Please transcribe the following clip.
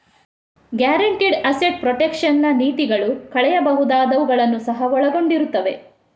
guaranteed asset protection ನ ನೀತಿಗಳು ಕಳೆಯಬಹುದಾದವುಗಳನ್ನು ಸಹ ಒಳಗೊಂಡಿರುತ್ತವೆ